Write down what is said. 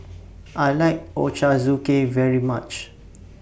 I like Ochazuke very much